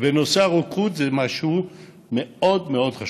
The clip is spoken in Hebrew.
הרוקחות זה משהו מאוד מאוד חשוב,